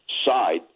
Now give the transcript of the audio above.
side